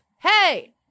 Hey